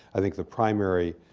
i think the primary